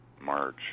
March